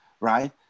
right